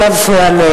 לא להפריע לכבוד השר.